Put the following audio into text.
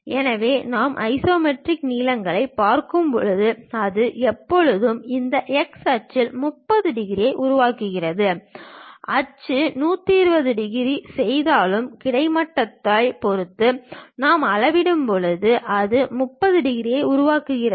எனவே நாம் ஐசோமெட்ரிக் நீளங்களைப் பார்க்கும்போது அது எப்போதும் இந்த x அச்சில் 30 டிகிரியை உருவாக்குகிறது அச்சு 120 டிகிரி செய்தாலும் கிடைமட்டத்தைப் பொறுத்து நாம் அளவிடும்போது அது 30 டிகிரியை உருவாக்குகிறது